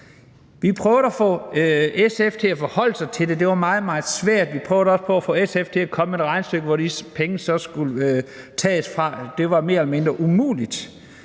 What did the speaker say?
har prøvet at få SF til at forholde sig til det, men det var meget, meget svært. Vi prøvede også at få SF til at komme med et regnestykke over, hvor de penge så skulle tages fra, men det var mere eller mindre umuligt.